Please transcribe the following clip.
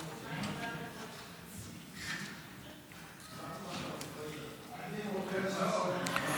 סעיפים 1 12 נתקבלו.